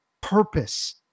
purpose